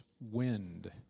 wind